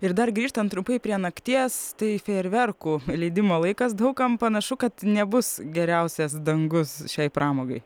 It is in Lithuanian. ir dar grįžtant trumpai prie nakties tai fejerverkų leidimo laikas daug kam panašu kad nebus geriausias dangus šiai pramogai